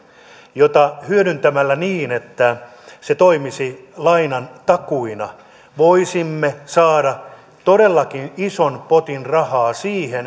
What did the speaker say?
jota hyödyntämällä niin että se toimisi lainan takuina voisimme saada todellakin ison potin rahaa